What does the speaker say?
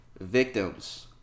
victims